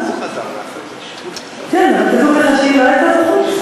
הוא חזר, כן, אבל כתוב עליה שהיא לא הייתה בחוץ?